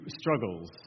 struggles